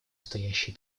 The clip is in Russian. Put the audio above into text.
стоящие